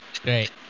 great